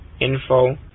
info